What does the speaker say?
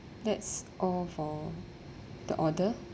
that's all for the order